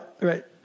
right